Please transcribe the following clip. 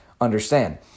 understand